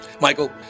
Michael